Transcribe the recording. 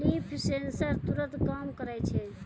leaf sensor तुरत काम करै छै